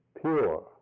pure